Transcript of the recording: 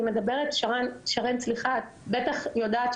את בטח יודעת,